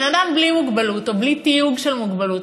בן-אדם בלי מוגבלות או בלי תיוג של מוגבלות,